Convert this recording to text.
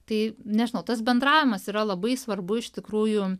tai nežinau tas bendravimas yra labai svarbu iš tikrųjų